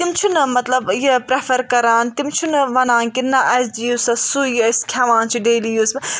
تِم چھِ نہٕ مطلب یہِ پریفَر کَران تِم چھِ نہٕ وَنان کہِ نا اَسہِ دِیو سا سُے یہِ أسۍ کھٮ۪وان چھِ ڈیلی یوٗز پٮ۪ٹھ